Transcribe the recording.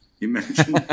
Imagine